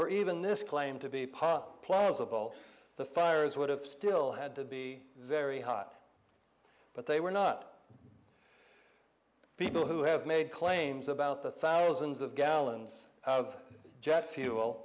for even this claim to be part plausible the fires would have still had to be very hot but they were not people who have made claims about the thousands of gallons of jet fuel